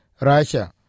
Russia